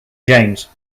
james